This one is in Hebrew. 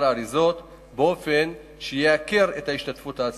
אריזות באופן שייקר את ההשתתפות העצמית,